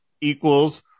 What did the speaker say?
equals